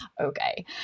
okay